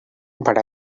but